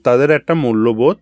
তাদের একটা মূল্যবোধ